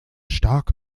stark